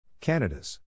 Canada's